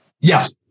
Yes